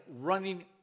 running